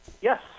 Yes